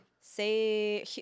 Say